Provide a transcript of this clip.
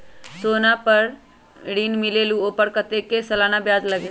सोना पर ऋण मिलेलु ओपर कतेक के सालाना ब्याज लगे?